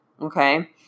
Okay